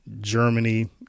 Germany